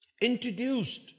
Introduced